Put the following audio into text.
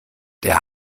der